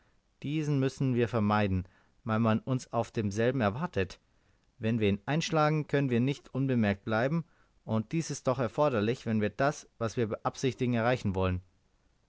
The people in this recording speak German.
diesen müssen wir vermeiden weil man uns auf demselben erwartet wenn wir ihn einschlagen können wir nicht unbemerkt bleiben und dies ist doch erforderlich wenn wir das was wir beabsichtigen erreichen wollen